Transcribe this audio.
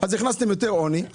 אז הכנסתם יותר עוני.